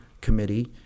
committee